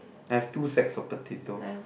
I have two sacks of potatoes